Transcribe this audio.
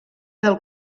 del